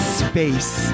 space